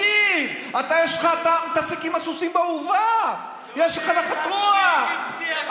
כל אחד בתורו, אתה ואחרי זה גולן, אחד-אחד.